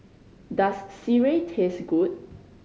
does sireh taste good